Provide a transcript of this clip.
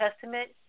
testament